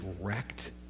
wrecked